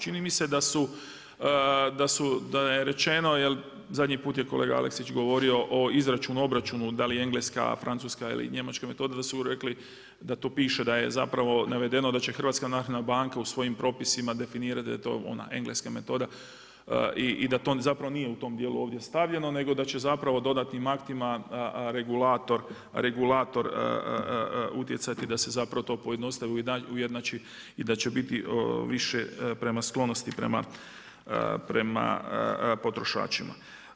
Čini mi se da je rečeno jel zadnji put je kolega Aleksić govorio o izračunu, obračunu da li engleska, francuska ili njemačka metoda da su rekli da tu piše da je navedeno da će HNB u svojim propisima definirati da je to ona engleska metoda i da to nije u tom dijelu ovdje stavljeno nego da će dodatnim aktima regulator utjecati da se to pojednostavi, ujednači i da će biti više prema sklonosti prema potrošačima.